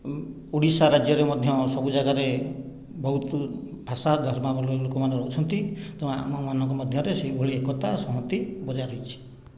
ଓଡ଼ିଶା ରାଜ୍ୟରେ ମଧ୍ୟ ସବୁ ଜାଗାରେ ବହୁତ ଭାଷା ଧର୍ମାବଲମ୍ବୀ ଲୋକମାନେ ରହୁଛନ୍ତି ତେଣୁ ଆମମାନଙ୍କ ମଧ୍ୟରେ ସେହିଭଳି ଏକତା ସଂହତି ବଜାୟ ରହିଛି